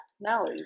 No